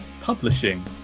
publishing